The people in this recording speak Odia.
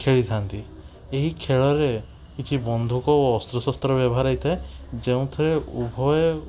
ଖେଳିଥାନ୍ତି ଏହି ଖେଳରେ କିଛି ବନ୍ଧୁକ ଓ ଅସ୍ତ୍ରଶସ୍ତ୍ର ବ୍ୟବହାର ହେଇଥାଏ ଯେଉଁଥିରେ ଉଭୟ